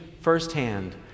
firsthand